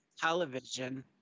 television